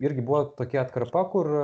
irgi buvo tokia atkarpa kur